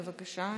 בבקשה,